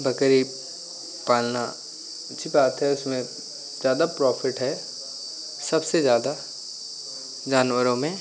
बकरी पालना अच्छी बात है उसमें ज़्यादा प्रॉफिट है सबसे ज़्यादा जानवरों में